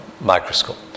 microscope